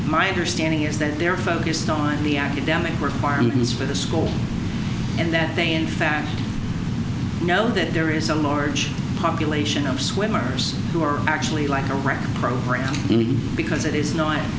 my understanding is that they're focused on the academic requirements for the school and that they in fact know that there is a large population of swimmers who are actually like a record program because it is not